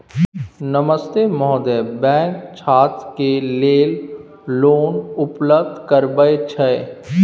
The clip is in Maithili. नमस्ते महोदय, बैंक छात्र के लेल लोन उपलब्ध करबे छै?